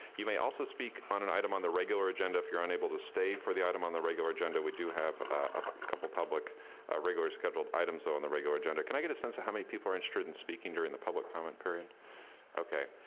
you may also speak on an item on the regular agenda. if you're unable to stay for the item on the regular agenda, we do have a couple public regular scheduled items though on the regular agenda. can i get a sense of how many people are interested in speaking during the public comment period okay.